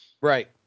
Right